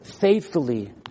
faithfully